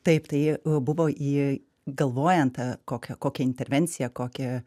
taip tai buvo į galvojant kokią kokią intervenciją kokią